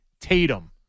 Tatum